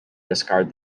discard